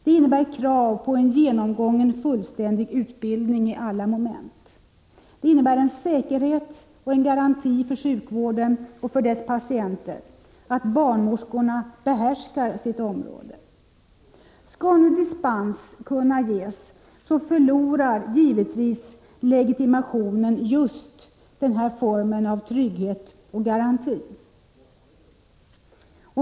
Det innebär krav på genomgången, fullständig utbildning i alla moment, vilket i sin tur betyder säkerhet och garanti för sjukvården och dess patienter. Skall nu dispens kunna ges förlorar givetvis legitimationen just den här formen av trygghet och garanti.